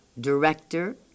director